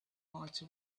might